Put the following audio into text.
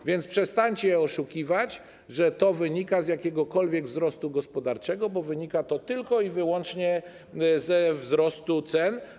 A więc przestańcie oszukiwać, że to wynika z jakiekolwiek wzrostu gospodarczego, bo wynika to tylko i wyłącznie ze wzrostu cen.